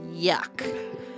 Yuck